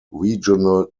regional